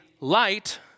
light